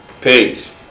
Peace